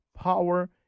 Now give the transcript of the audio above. power